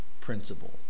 principle